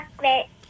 chocolate